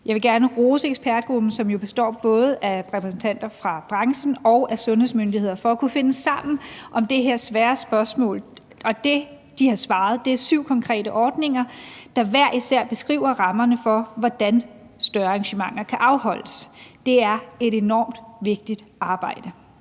Jeg vil gerne rose ekspertgruppen, som jo består af både repræsentanter fra branchen og sundhedsmyndigheder, for at kunne finde sammen om det her svære spørgsmål. Og det, de har svaret, er syv konkrete ordninger, der hver især beskriver rammerne for, hvordan større arrangementer kan afholdes. Det er et enormt vigtigt arbejde.